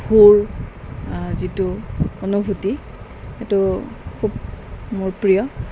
সুৰ যিটো অনুভূতি সেইটো খুব মোৰ প্ৰিয়